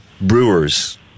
Brewers